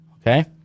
Okay